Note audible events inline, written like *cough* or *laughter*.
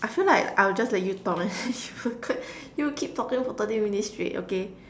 I feel like I'll just let you talk leh *laughs* you keep on talking for thirty minutes straight okay